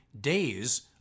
Days